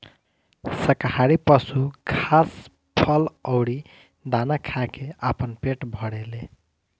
शाकाहारी पशु घास, फल अउरी दाना खा के आपन पेट भरेले